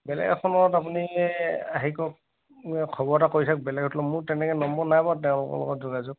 বেলেগ এখনত আপুনি হেৰি কৰক খবৰ এটা কৰি চাওঁক বেলেগ হোটেলত মোৰ তেনেকে নম্বৰ নাই বাৰু তেওঁলোকৰ লগত যোগাযোগ